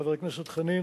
חבר הכנסת חנין,